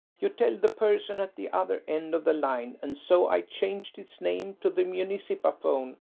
you tell the person at the other end of the line, and so, i changed its name to the municipaphone,